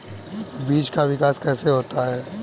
बीज का विकास कैसे होता है?